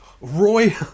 Roy